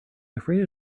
afraid